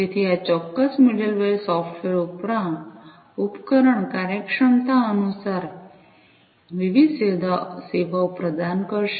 તેથી આ ચોક્કસ મિડલવેર સોફ્ટવેર ઉપકરણ કાર્યક્ષમતા અનુસાર વિવિધ સેવાઓ પ્રદાન કરશે